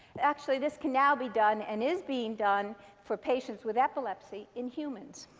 actually, this can now be done and is being done for patients with epilepsy in humans.